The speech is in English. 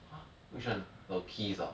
!huh! which one the low keys ah